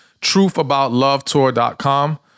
truthaboutlovetour.com